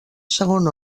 segon